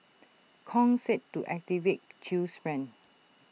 Kong said to activate chew's friend